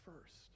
first